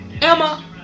Emma